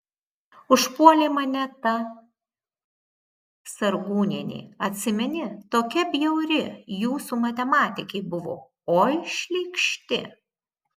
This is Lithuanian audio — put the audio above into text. užpuolė mane ta sargūnienė atsimeni tokia bjauri jūsų matematikė buvo oi šlykšti